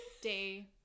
day